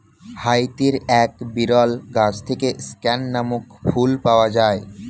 হাইতির এক বিরল গাছ থেকে স্ক্যান নামক ফুল পাওয়া যায়